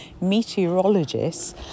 meteorologists